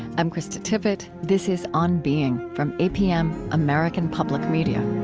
i'm krista tippett. this is on being from apm, american public media